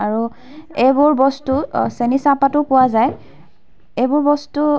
আৰু এইবোৰ বস্তু চেনী চাহপাতো পোৱা যায় এইবোৰ বস্তু